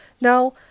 now